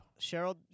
Cheryl